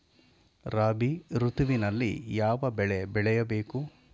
ರಾಬಿ ಋತುವಿನಲ್ಲಿ ಯಾವ ಬೆಳೆ ಬೆಳೆಯ ಬೇಕು?